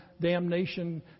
damnation